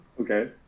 Okay